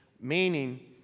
meaning